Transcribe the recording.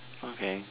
okay